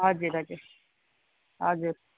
हजुर हजुर हजुर